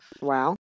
Wow